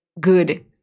good